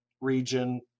region